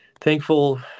thankful